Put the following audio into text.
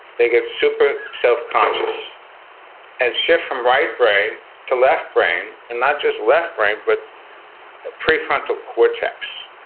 they get super self-conscious and shift from right brain to left brain, and not just left brain, but prefrontal cortex.